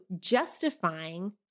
justifying